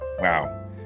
wow